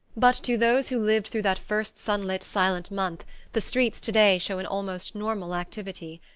but to those who lived through that first sunlit silent month the streets to-day show an almost normal activity.